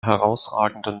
herausragenden